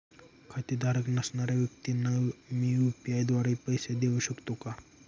खातेधारक नसणाऱ्या व्यक्तींना मी यू.पी.आय द्वारे पैसे देऊ शकतो का?